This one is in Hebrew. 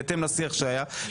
בהתאם לשיח שהיה,